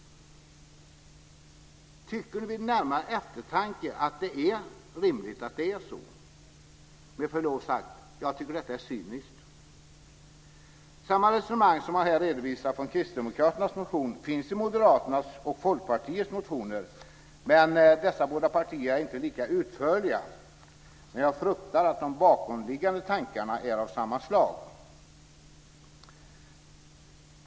Tycker ni vid närmare eftertanke att det är rimligt att det är så? Med förlov sagt tycker jag att detta är cyniskt. Samma resonemang som jag här redovisat från Kristdemokraternas motion finns i Moderaternas och Folkpartiets motioner. Dessa båda partier är inte lika utförliga. Men jag fruktar att de bakomliggande tankarna är av samma slag.